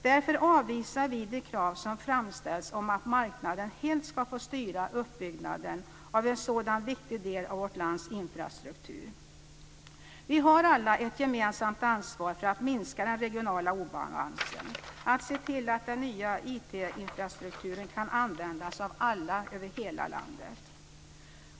Därför avvisar vi de krav som framställs om att marknaden helt ska få styra uppbyggnaden av en sådan viktig del av vårt lands infrastruktur. Vi har alla ett gemensamt ansvar för att minska den regionala obalansen och se till att den nya IT infrastrukturen kan användas av alla över hela landet.